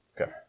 Okay